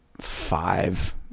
five